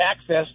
access